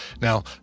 Now